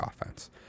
offense